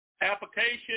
Application